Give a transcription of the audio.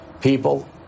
people